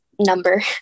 number